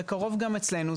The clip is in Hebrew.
בקרוב גם אצלנו,